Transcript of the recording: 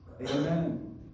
Amen